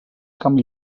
camp